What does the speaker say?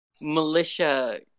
militia